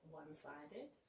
one-sided